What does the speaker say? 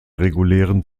regulären